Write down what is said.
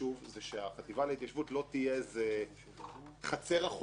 הוא שהחטיבה להתיישבות לא תהיה חצר אחורית